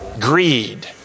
Greed